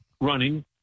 running